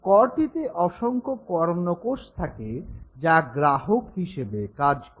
কর্টিতে অসংখ্য কর্ণকোষ থাকে যা গ্রাহক হিসেবে কাজ করে